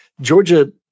Georgia